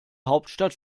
hauptstadt